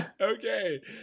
okay